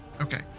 Okay